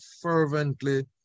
fervently